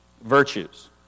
virtues